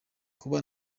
kuba